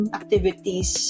activities